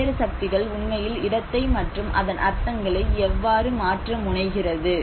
வெவ்வேறு சக்திகள் உண்மையில் இடத்தை மற்றும் அதன் அர்த்தங்களை எவ்வாறு மாற்ற முனைகிறது